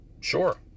Sure